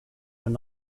were